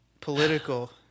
Political